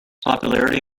popularity